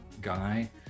guy